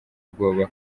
ubwoba